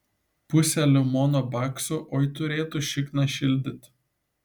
pusė limono baksų oi turėtų šikną šildyti